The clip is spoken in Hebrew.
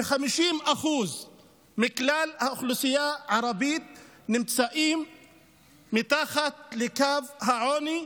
ש-50% ממנה נמצאים מתחת לקו העוני,